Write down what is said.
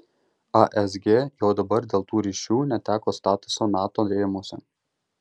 asg jau dabar dėl tų ryšių neteko statuso nato rėmuose